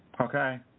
okay